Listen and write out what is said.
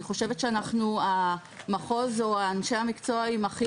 אני חושבת שאנחנו המחוז או אנשי המקצוע עם הכי